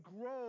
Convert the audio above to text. grow